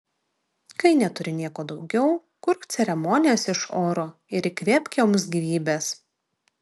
kai neturi nieko daugiau kurk ceremonijas iš oro ir įkvėpk joms gyvybės